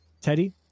Teddy